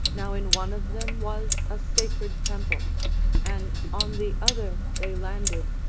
now in one of them was a sacred temple and on the other they landed,